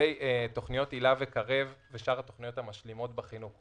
לגבי תוכניות הילה וקרב ושאר התוכניות המשלימות בחינוך,